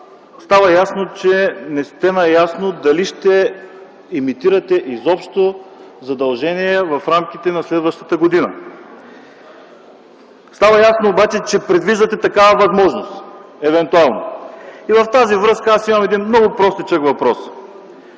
Става ясно, че не сте наясно дали ще емитирате изобщо задължения в рамките на следващата година, но евентуално предвиждате такава възможност. В тази връзка аз имам един много простичък въпрос: